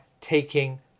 taking